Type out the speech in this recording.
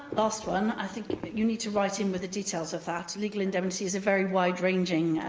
last one, i think you need to write in with the details of that. legal indemnity is a very wide-ranging